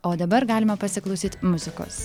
o dabar galime pasiklausyt muzikos